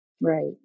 Right